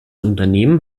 unternehmen